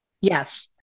Yes